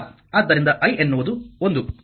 ಆದ್ದರಿಂದ ಇದು R